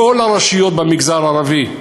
כל הרשויות במגזר הערבי,